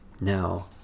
now